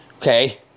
okay